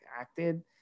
acted